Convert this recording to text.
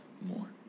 more